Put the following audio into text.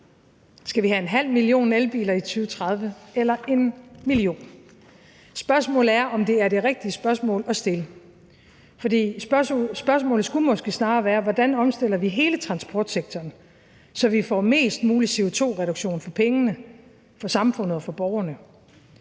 Skal vi have en halv million elbiler i 2030 eller en million? Spørgsmålet er, om det er det rigtige spørgsmål at stille. Spørgsmålet skulle måske snarere være: Hvordan omstiller vi hele transportsektoren, så vi får mest mulig CO2-reduktion for pengene til samfundet og borgerne?